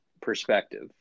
perspective